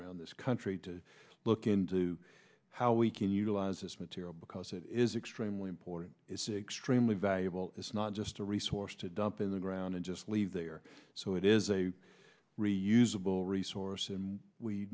around this country to look into how we can utilize this material because it is extremely important is sick stream with valuable it's not just a resource to dump in the ground and just leave there so it is a really usable resource and we